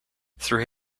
through